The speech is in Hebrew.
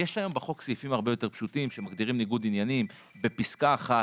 יש היום סעיפים הרבה יותר פשוטים שמגדירים ניגוד עניינים בפסקה אחת